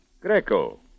Greco